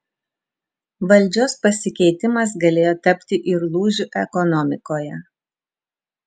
valdžios pasikeitimas galėjo tapti ir lūžiu ekonomikoje